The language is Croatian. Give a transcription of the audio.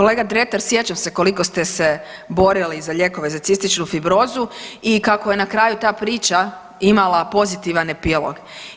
Kolega Dretar, sjećam koliko ste se borili za lijekove za cističnu fibrozu i kako je na kraju ta priča imala pozitivan epilog.